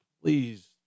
please